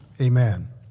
Amen